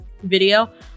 video